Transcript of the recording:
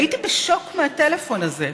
הייתי בשוק מהטלפון הזה.